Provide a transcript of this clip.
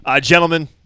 Gentlemen